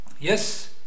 yes